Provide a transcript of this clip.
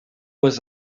was